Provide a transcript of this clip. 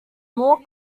more